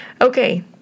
Okay